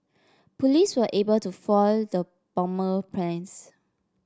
police were able to foil the plans